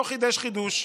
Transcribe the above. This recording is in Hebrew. הוא לא חידש חידוש,